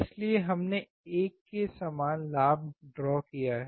इसलिए हमने 1 के समान लाभ ड्रॉ किया है